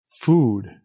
food